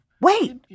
Wait